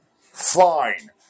Fine